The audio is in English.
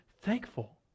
thankful